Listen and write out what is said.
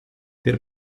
der